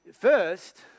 First